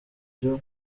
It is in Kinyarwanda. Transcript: byo